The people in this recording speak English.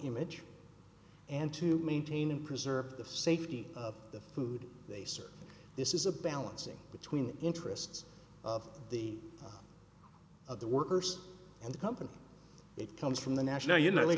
image and to maintain and preserve the safety of the food they serve this is a balancing between the interests of the of the worst and the company it comes from the national you know